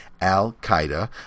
Al-Qaeda